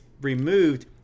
removed